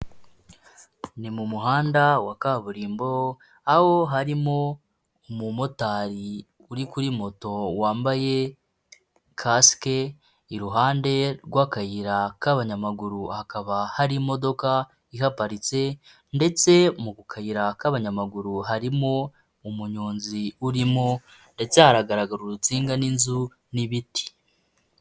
Ni mu muhanda wa kaburimbo aho harimo umumotari uri kuri moto wambaye kasike, iruhande rw'akayira k'abanyamaguru hakaba hari imodoka iparitse ndetse mu kayira k'abanyamaguru harimo umunyonzi urimo ndetse haragaragara urutsinga n'inzu n'ibiti.